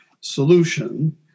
solution